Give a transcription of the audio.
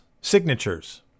signatures